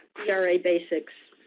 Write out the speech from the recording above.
era basics,